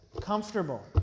comfortable